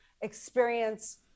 experience